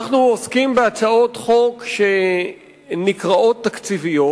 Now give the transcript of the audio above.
אנחנו עוסקים בהצעות חוק שנקראות "תקציביות",